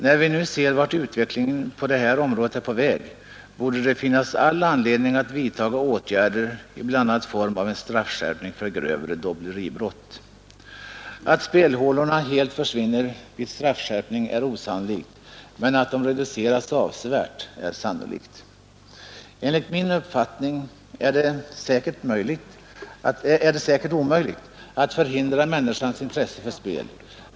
När vi nu ser vart utvecklingen på det här området är på väg borde det finnas all anledning att vidta åtgärder bl.a. i form av straffskärpning för grövre dobbleribrott. Att spelhålorna helt försvinner vid en straffskärpning är osannolikt, men att de reduceras avsevärt är sannolikt. Enligt min uppfattning är det säkert omöjligt att förhindra människans intresse för spel.